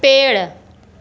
पेड़